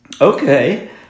Okay